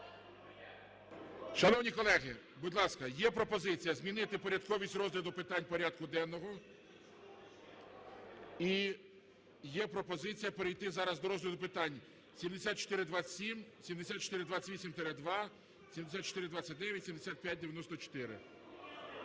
Шановні колеги, будь ласка, є пропозиція змінити порядковість розгляду питань порядку денного і є пропозиція перейти зараз до розгляду питань: 7427, 7428-2, 7429, 7594.